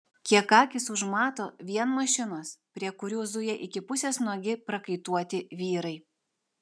kiek akys užmato vien mašinos prie kurių zuja iki pusės nuogi prakaituoti vyrai